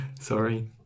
Sorry